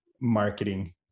marketing